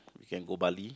we can go Bali